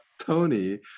Tony